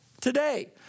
today